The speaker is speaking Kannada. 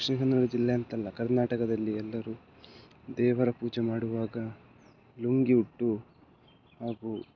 ದಕ್ಷಿಣ ಕನ್ನಡ ಜಿಲ್ಲೆಯಂತಲ್ಲ ಕರ್ನಾಟಕದಲ್ಲಿ ಎಲ್ಲರೂ ದೇವರ ಪೂಜೆ ಮಾಡುವಾಗ ಲುಂಗಿ ಉಟ್ಟು ಹಾಗೂ